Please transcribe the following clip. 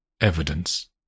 evidence